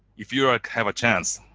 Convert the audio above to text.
if you ever ah have a chance,